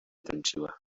tańczyła